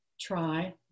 try